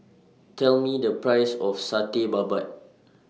Tell Me The Price of Satay Babat